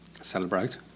celebrate